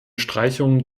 streichung